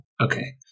Okay